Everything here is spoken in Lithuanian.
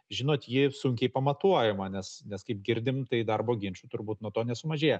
žinot ji sunkiai pamatuojama nes nes kaip girdim tai darbo ginčų turbūt nuo to nesumažėjo